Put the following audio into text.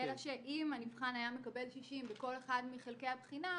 -- היה מקבל 60 בכל אחד מחלקי הבחינה,